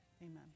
Amen